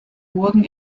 burgen